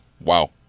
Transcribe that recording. Wow